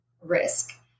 risk